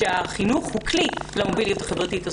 כשהחינוך הוא כלי למוביליות החברתית הזאת,